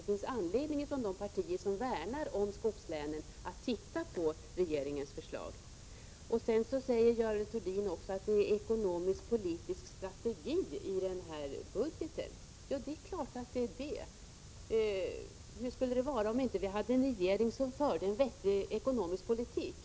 Det finns anledning för de partier som värnar om skogslänen att titta litet närmare på regeringens förslag. Görel Thurdin sade att det var ekonomisk-politisk strategi i den här budgeten. Ja, det är klart. Hur skulle det vara om vi inte hade en regering som förde en vettig ekonomisk politik?